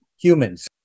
humans